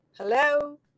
Hello